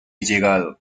llegado